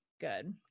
Good